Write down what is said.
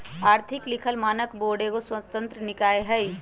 आर्थिक लिखल मानक बोर्ड एगो स्वतंत्र निकाय हइ